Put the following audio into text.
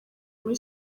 muri